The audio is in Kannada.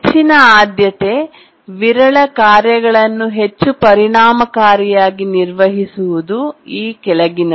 ಹೆಚ್ಚಿನ ಆದ್ಯತೆ ವಿರಳ ಕಾರ್ಯಗಳನ್ನು ಹೆಚ್ಚು ಪರಿಣಾಮಕಾರಿಯಾಗಿ ನಿರ್ವಹಿಸುವುದು ಈ ಕೆಳಗಿನವು